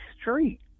street